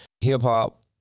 Hip-hop